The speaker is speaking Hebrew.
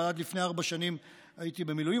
אבל עד לפני ארבע שנים הייתי במילואים,